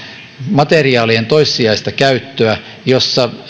materiaalien toissijaista käyttöä jossa